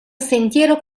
sentiero